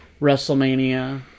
WrestleMania